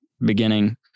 beginning